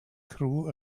crew